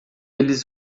eles